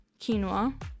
quinoa